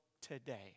today